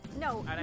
No